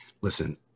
Listen